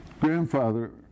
grandfather